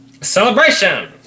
Celebration